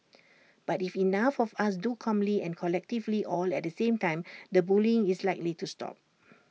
but if enough of us do calmly and collectively all at the same time the bullying is likely to stop